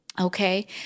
Okay